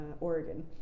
Oregon